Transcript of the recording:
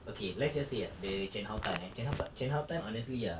okay let's just say ah the jian hao tan eh jian hao tan jian hao tan honestly ah